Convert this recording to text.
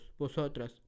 vosotras